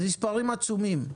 אז המספרים עצומים.